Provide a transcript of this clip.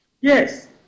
Yes